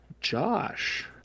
josh